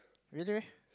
really